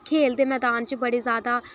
खेल दे मैदान च बड़े ज्यादा